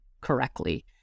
correctly